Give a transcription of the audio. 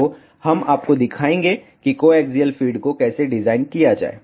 तो हम आपको दिखाएंगे कि कोएक्सियल फ़ीड को कैसे डिज़ाइन किया जाए